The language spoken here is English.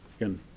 again